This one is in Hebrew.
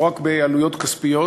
לא רק בעלויות כספיות,